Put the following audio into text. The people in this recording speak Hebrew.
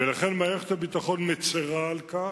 ולכן, מערכת הביטחון מצרה על כך,